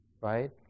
right